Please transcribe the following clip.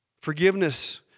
forgiveness